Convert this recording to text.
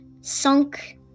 sunk